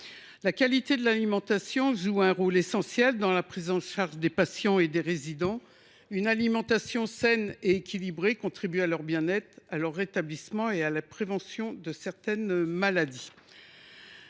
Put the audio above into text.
La qualité de l’alimentation joue un rôle essentiel dans la prise en charge des patients et des résidents. Une alimentation saine et équilibrée contribue à leur bien être, à leur rétablissement et à la prévention de certaines maladies.